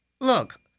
look